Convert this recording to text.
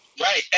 Right